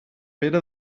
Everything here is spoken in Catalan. pere